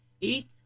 Eat